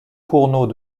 fourneaux